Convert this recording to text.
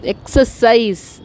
Exercise